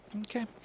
Okay